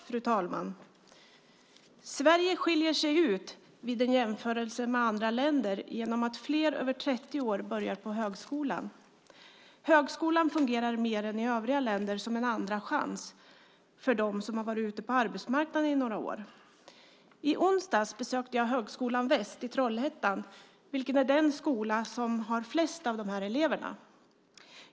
Fru talman! Sverige skiljer ut sig vid en jämförelse med andra länder genom att fler över 30 år börjar på högskolan. Högskolan fungerar mer än i övriga länder som en andra chans för dem som har varit ute på arbetsmarknaden i några år. I onsdags besökte jag Högskolan Väst i Trollhättan. Det är den skola som har flest av dessa elever.